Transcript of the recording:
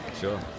sure